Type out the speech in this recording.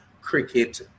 cricket